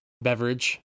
beverage